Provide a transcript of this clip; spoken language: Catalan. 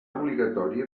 obligatori